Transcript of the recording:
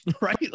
right